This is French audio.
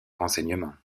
renseignement